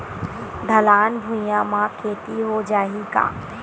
ढलान भुइयां म खेती हो जाही का?